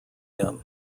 him